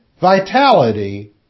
vitality